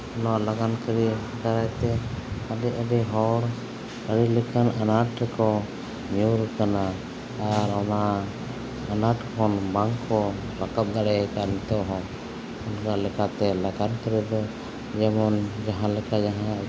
ᱱᱚᱣᱟ ᱞᱟᱜᱟᱱ ᱠᱟᱹᱨᱤ ᱫᱟᱨᱟᱭ ᱛᱮ ᱟᱹᱰᱤ ᱟᱹᱰᱤ ᱦᱚᱲ ᱟᱹᱰᱤ ᱞᱮᱠᱟᱱ ᱟᱱᱟᱴ ᱨᱮᱠᱚ ᱧᱩᱨᱟᱠᱟᱱᱟ ᱟᱨ ᱚᱱᱟ ᱟᱱᱟᱴ ᱠᱷᱚᱱ ᱵᱟᱝᱠᱚ ᱨᱟᱠᱟᱵ ᱫᱟᱲᱮᱭᱟᱠᱟᱜ ᱱᱤᱛᱚᱜ ᱦᱚᱸ ᱚᱱᱠᱟ ᱞᱮᱠᱟᱛᱮ ᱞᱟᱜᱟᱱ ᱠᱟᱹᱨᱤ ᱫᱚ ᱡᱮᱢᱚᱱ ᱡᱟᱦᱟᱸ ᱞᱮᱠᱟ ᱜᱮ ᱱᱚᱜᱼᱚᱭ